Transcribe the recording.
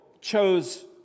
chose